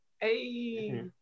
Hey